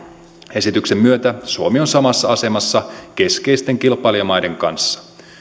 esityksen myötä suomi on samassa asemassa keskeisten kilpailijamaiden kanssa